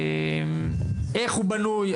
איך הוא בנוי,